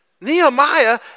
Nehemiah